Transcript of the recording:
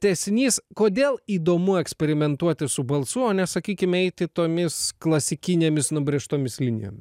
tęsinys kodėl įdomu eksperimentuoti su balsų o ne sakykime eiti tomis klasikinėmis nubrėžtomis linijomis